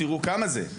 תיראו כמה זה,